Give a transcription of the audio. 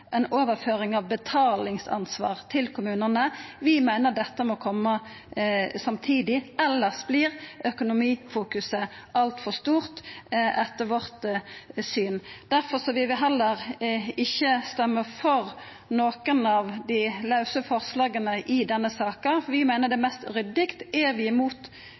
ei overføring av betalingsansvar til kommunane. Vi meiner dette må koma samtidig, elles vert økonomifokuset altfor stort, etter vårt syn. Difor vil vi heller ikkje stemma for nokon av dei lause forslaga i denne saka. Vi meiner det er mest ryddig. Er vi imot